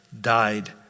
died